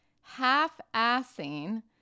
half-assing